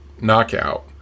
knockout